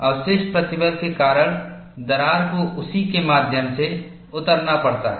अवशिष्ट प्रतिबल के कारण दरार को उसी के माध्यम से उतरना पड़ता है